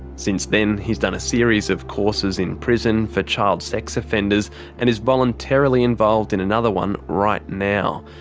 since then, he's done a series of courses in prison for child sex offenders and is voluntarily involved in another one right now.